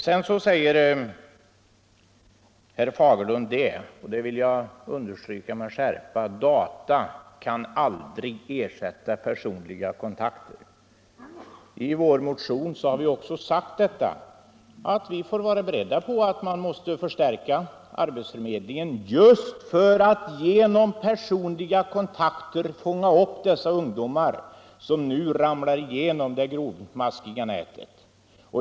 Sedan säger herr Fagerlund — och jag vill understryka det med skärpa: Data kan aldrig ersätta personliga kontakter. I vår motion har vi också sagt att vi får vara beredda på att förstärka arbetsförmedlingen just för att genom personliga kontakter kunna fånga upp de ungdomar som nu ramlar igenom det grovmaskiga nätet.